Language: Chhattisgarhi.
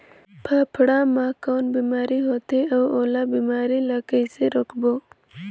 फाफण मा कौन बीमारी होथे अउ ओला बीमारी ला कइसे रोकबो?